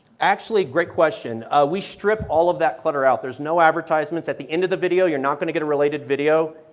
actually a great question, we strip all of that clutter out. there is no advertisement, at the end of the video you are not going to get a related video,